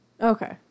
Okay